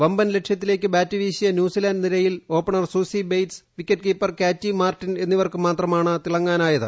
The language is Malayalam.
വമ്പൻ ലക്ഷ്യത്തിലേക്ക് ബാറ്റുവീശിയ ന്യൂസിലാൻഡ് നിരയിൽ opener Suzie Bates wicket keeper Katey Martin എന്നിവർക്ക് മാത്രമാണ് തിളങ്ങാനായത്